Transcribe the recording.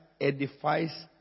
edifies